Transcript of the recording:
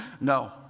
No